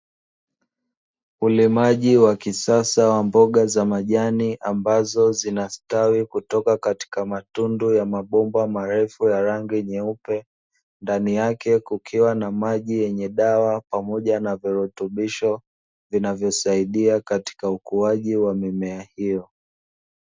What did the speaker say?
Ulimaji wa kisasa wa mboga za majani ambazo zinastwawi kutoka katika matundu ya mabomba marefu ya rangi nyeupe, ndani yake kukiwa na maji yenye dawa pamoja na virutubisho vinavyosaidia katika ukuaji wa mimea hiyo.